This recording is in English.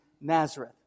Nazareth